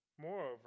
Moreover